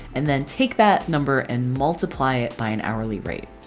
and then take that number and multiply it by an hourly rate.